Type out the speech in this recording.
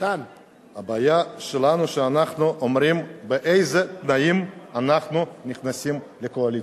הבעיה שלנו שאנחנו אומרים באיזה תנאים אנחנו נכנסים לקואליציה.